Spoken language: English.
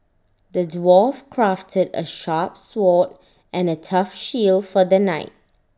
the dwarf crafted A sharp sword and A tough shield for the knight